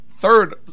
third